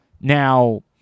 Now